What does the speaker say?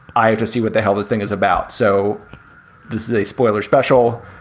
i have to see what the hell this thing is about. so this is a spoiler special.